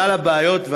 בגלל הבעיות,